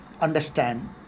understand